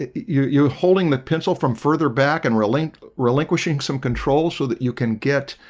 ah you you holding the pencil from further back and really relinquishing some control so that you can get